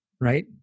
right